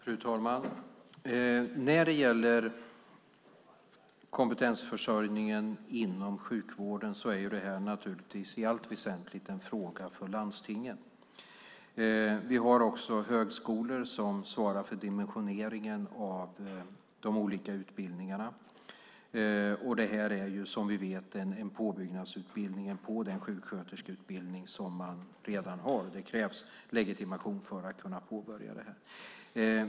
Fru talman! När det gäller kompetensförsörjningen inom sjukvården är det naturligtvis i allt väsentligt en fråga för landstingen. Vi har högskolor som svarar för dimensioneringen av de olika utbildningarna, och detta är som vi vet en påbyggnadsutbildning på den sjuksköterskeutbildning man redan har. Det krävs legitimation för att påbörja den.